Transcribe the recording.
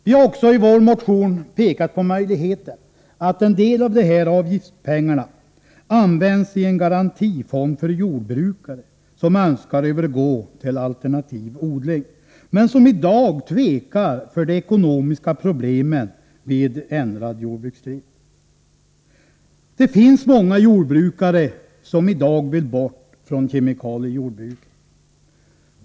Vi har också i vår motion pekat på möjligheten att en del av de här avgiftspengarna används i en garantifond för jordbrukare som önskar övergå till alternativ odling men som i dag tvekar för de ekonomiska problemen vid ändrad jordbruksdrift. Det finns många jordbrukare som i dag vill bort från kemikaliejordbruket.